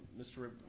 Mr